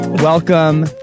Welcome